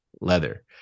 leather